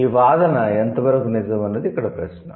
ఈ వాదన ఎంతవరకు నిజం అన్నది ఇక్కడ ప్రశ్న